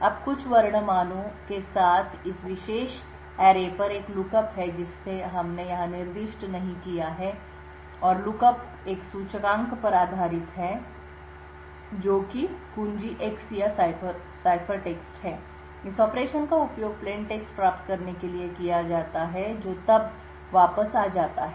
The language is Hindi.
अब कुछ वर्ण मानों कैरेक्टर वैल्यू के साथ इस विशेष अरेसरणी पर एक लुकअप है जिसे हमने यहां निर्दिष्ट नहीं किया है और लुकअप एक सूचकांक पर आधारित है जो कि कुंजी X या सिफरटेक्स्ट है इस ऑपरेशन का उपयोग प्लेनटेक्स्ट प्राप्त करने के लिए किया जाता है जो तब वापस आ जाता है